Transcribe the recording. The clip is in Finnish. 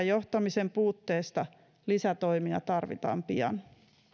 johtamisen puutteesta lisätoimia tarvitaan pian